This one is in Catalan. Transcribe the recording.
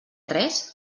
tres